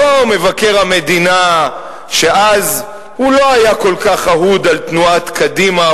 לא מבקר המדינה שאז הוא לא היה כל כך אהוד על תנועת קדימה,